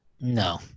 No